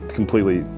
completely